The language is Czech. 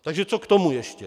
Takže co k tomu ještě?